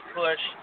push